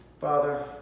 father